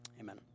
amen